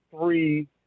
three